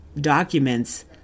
documents